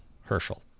Herschel